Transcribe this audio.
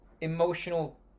emotional